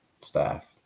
staff